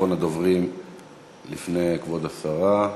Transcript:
אחרון הדוברים לפני כבוד השרה.